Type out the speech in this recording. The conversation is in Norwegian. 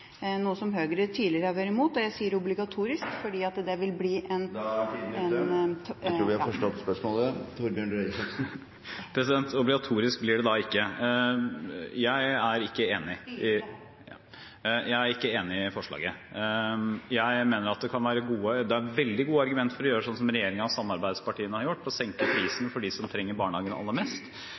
noe som Høyre tidligere har vært imot. Og jeg sier «obligatorisk» fordi det vil bli en tvunget styring mot barnehage. Obligatorisk blir det da ikke. Jeg er ikke enig i forslaget. Jeg mener at det er veldig gode argumenter for å gjøre som regjeringen og samarbeidspartiene har gjort: å senke prisen for dem som trenger barnehage aller mest.